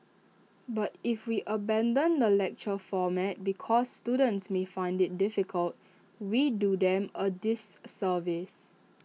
but if we abandon the lecture format because students may find IT difficult we do them A disservice